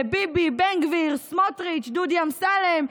ביבי, בן גביר, סמוטריץ', דודי אמסלם.